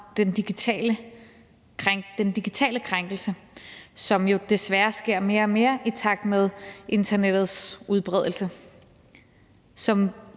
om digitale krænkelser, der jo desværre sker mere og mere i takt med internettets udbredelse, som